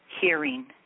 hearing